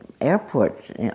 airport